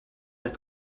that